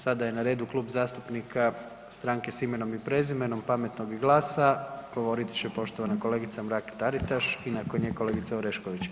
Sada je na redu Klub zastupnika Stranke s imenom i prezimenom, Pametno i GLAS-a, govorit će poštovana kolegica Mrak Taritaš i nakon nje kolegica Orešković.